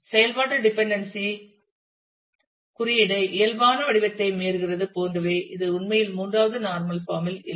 செயல்பாட்டு டிப்பன்டென்சே பாய்ஸ் குறியீடு இயல்பான வடிவத்தை மீறுகிறது போன்றவை இது உண்மையில் மூன்றாவது நார்மல் பாம் இல் இல்லை